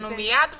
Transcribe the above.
אנחנו מייד בתקנות.